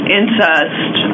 incest